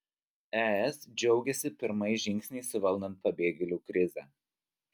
es džiaugiasi pirmais žingsniais suvaldant pabėgėlių krizę